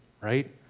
right